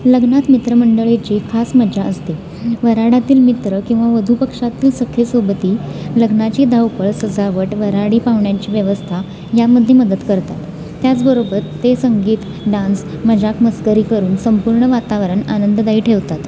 लग्नात मित्रमंडळीची खास मजा असते वऱ्हाडातील मित्र किंवा वधुपक्षातील सखेसोबती लग्नाची धावपळ सजावट वऱ्हाडी पाहुण्यांची व्यवस्था यामध्ये मदत करतात त्याचबरोबर ते संगीत डान्स मजाक मस्करी करून संपूर्ण वातावरण आनंददायी ठेवतात